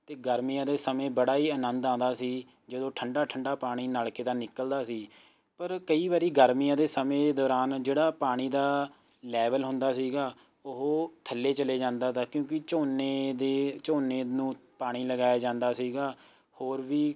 ਅਤੇ ਗਰਮੀਆਂ ਦੇ ਸਮੇਂ ਬੜਾ ਹੀ ਆਨੰਦ ਆਉਂਦਾ ਸੀ ਜਦੋਂ ਠੰਡਾ ਠੰਡਾ ਪਾਣੀ ਨਲ਼ਕੇ ਦਾ ਨਿਲਕਦਾ ਸੀ ਪਰ ਕਈ ਵਾਰੀ ਗਰਮੀਆਂ ਦੇ ਸਮੇਂ ਦੌਰਾਨ ਜਿਹੜਾ ਪਾਣੀ ਦਾ ਲੈਵਲ ਹੁੰਦਾ ਸੀਗਾ ਉਹ ਥੱਲੇ ਚਲੇ ਜਾਂਦਾ ਤਾ ਕਿਉਂਕਿ ਝੋਨੇ ਦੇ ਝੋਨੇ ਨੂੰ ਪਾਣੀ ਲਗਾਇਆ ਜਾਂਦਾ ਸੀਗਾ ਹੋਰ ਵੀ